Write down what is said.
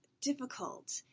difficult